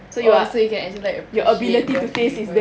so you can say as in like you don't hate the flavour